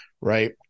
right